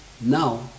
now